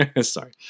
Sorry